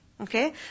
Okay